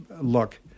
look